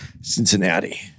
Cincinnati